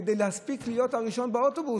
כדי להספיק להיות הראשון באוטובוס,